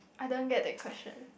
I don't get that question